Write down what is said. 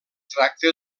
tracta